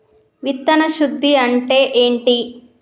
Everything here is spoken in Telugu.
విత్తన శుద్ధి అంటే ఏంటి?